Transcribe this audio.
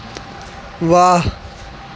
वाह